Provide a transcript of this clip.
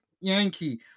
Yankee